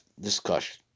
discussion